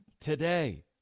today